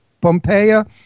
Pompeia